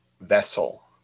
vessel